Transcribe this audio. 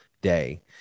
day